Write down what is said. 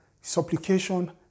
supplication